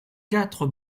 quatre